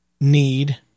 need